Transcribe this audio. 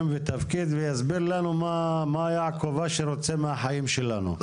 ויסביר לנו מה יעקב אשר רוצה מהחיים שלנו.